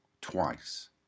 twice